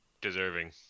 Deserving